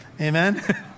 Amen